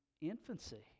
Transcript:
infancy